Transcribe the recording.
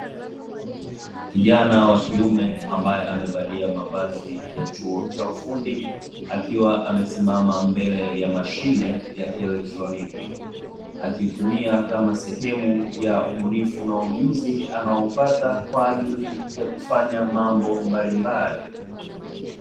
Kijana wa kiume ambaye amevalia mavazi ya chuo cha ufundi, akiwa amesimama mbele ya mashine ya kielektroniki, akiitumia kama sehemu ya ubunifu na ujuzi anaoupata kwa ajili ya kufanya mambo mbalimbali.